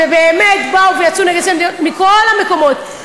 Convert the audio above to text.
ובאמת באו ויצאו נגד נשיא המדינה מכל המקומות,